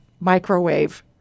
Microwave